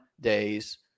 days